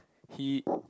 he